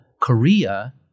Korea